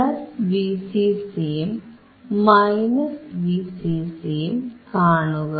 Vcc ഉും -Vcc കാണുക